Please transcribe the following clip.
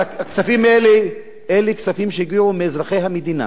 הכספים האלה, אלה כספים שהגיעו מאזרחי המדינה.